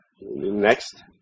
next